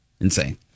insane